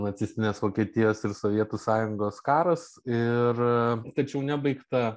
nacistinės vokietijos ir sovietų sąjungos karas ir tačiau nebaigta